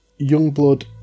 Youngblood